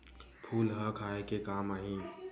फूल ह खाये के काम आही?